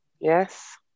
Yes